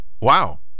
wow